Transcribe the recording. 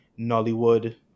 Nollywood